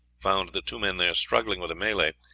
found the two men there struggling with a malay.